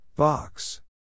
Box